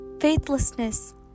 faithlessness